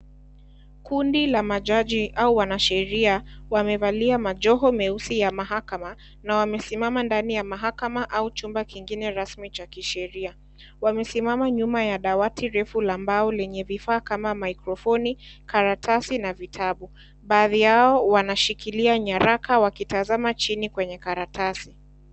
Kundi la majaji au wanasheria wamevalia majoho meusi ya mahakama na wamesimama ndani ya mahakama au chumba kingine rasmi cha kisheria, wamesimama nyuma ya dawati refu la mbao lenye vifaa kama maikrofoni, karatasi na vitabu, baadhi yao wanashikilia nyaraka wakitazama chini kwenye karatasi.